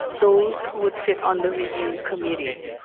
those who would fit on the review committee.